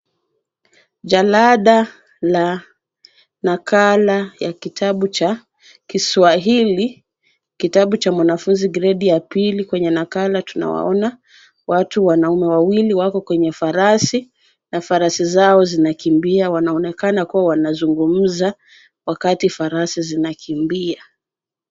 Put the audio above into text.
Jalada la nakala ya kitabu cha kiswahili. Kitabu cha mwanafunzi gredi ya pili ,kwenye nakala tunawaona watu wanaume wawili wako kwenye farasi na farasi zao zinakimbia. Wanaonekana kuwa wanazungumza wakati farasi zinakimbia.